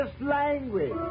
language